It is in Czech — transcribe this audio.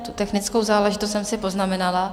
Tu technickou záležitost jsem si poznamenala.